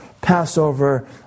Passover